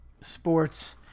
sports